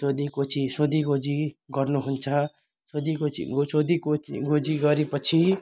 सोधी खोजी सोधी खोजी गर्नु हुन्छ सोधी खोजी सोधी खोजी खोजी गरे पछि